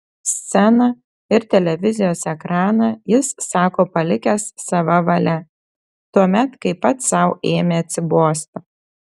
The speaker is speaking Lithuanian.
sceną ir televizijos ekraną jis sako palikęs sava valia tuomet kai pats sau ėmė atsibosti